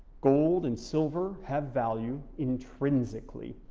gold and silver have value intrinsically,